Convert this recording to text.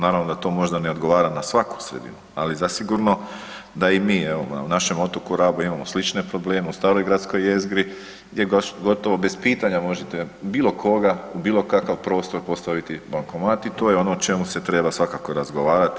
Naravno da to možda ne odgovara na svaku sredinu ali zasigurno da i mi evo na našem otoku Rabu imamo slične probleme u staroj gradskoj jezgri gdje gotovo bez pitanja možete, bilo koga u bilo kakav prostor postaviti bankomat i to je ono o čemu se treba svakako razgovarati.